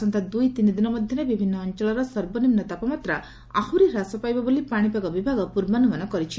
ଆସନ୍ତା ଦୁଇ ତିନି ଦିନ ମଧରେ ବିଭିନ୍ମ ଅଅଳର ସର୍ବନିମୁ ତାପମାତ୍ରା ଆହୁରି ହ୍ରାସ ପାଇବ ବୋଲି ପାଶିପାଗ ବିଭାଗ ପୂର୍ବାନୁମାନ କରିଛି